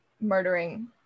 murdering